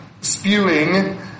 spewing